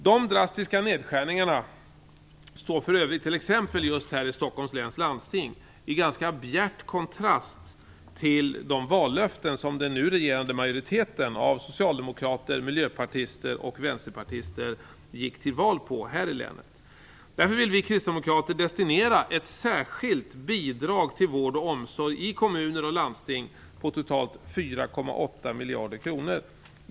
De här drastiska nedskärningarna står för övrigt t.ex. i Stockholms läns landsting i ganska bjärt kontrast till de vallöften som den nu regerande majoriteten av socialdemokrater, miljöpartister och vänsterpartister gick till val på här i länet. Därför vill vi kristdemokrater destinera ett särskilt bidrag till vård och omsorg i kommuner och landsting om totalt 4,8 miljarder kronor.